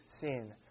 sin